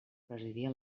presidia